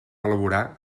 elaborar